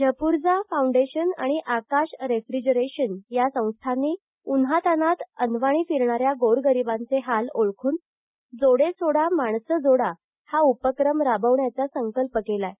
Zapurza foundation आणि Akash refrigeration या संस्थांनी उन्हातान्हात अनवाणी फिरणाऱ्या गोरगरीबांचे हाल ओळखून जोडे सोडा माणसे जोडा हा उपक्रम राबविण्याचा संकल्प केला आहे